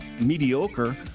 mediocre